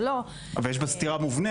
או לא --- אבל יש פה סתירה מובנת,